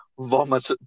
Vomit